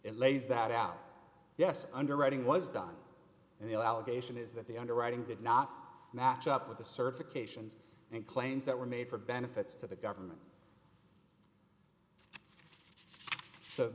and lays that out yes underwriting was done and the allegation is that the underwriting did not match up with the certifications and claims that were made for benefits to the government so